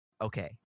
Okay